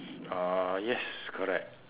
uh yes correct